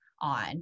on